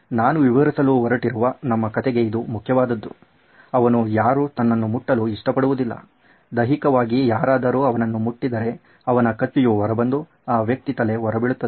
ನಾನು ವಿವರಿಸಲು ಹೊರಟಿರುವ ನಮ್ಮ ಕಥೆಗೆ ಇದು ಮುಖ್ಯವಾದುದು ಅವನು ಯಾರೂ ತನ್ನನ್ನು ಮುಟ್ಟಲು ಇಷ್ಟಪಡುವುದಿಲ್ಲ ದೈಹಿಕವಾಗಿ ಯಾರಾದರೂ ಅವನನ್ನು ಮುಟ್ಟಿದರೆ ಅವನ ಕತ್ತಿಯು ಹೊರಬಂದು ಆ ವ್ಯಕ್ತಿ ತಲೆ ಹೊರಬೀಳುತ್ತದೆ